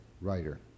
writer